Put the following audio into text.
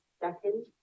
second